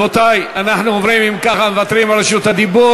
רבותי, אם ככה, אנחנו מוותרים על רשות הדיבור.